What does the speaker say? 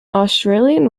australian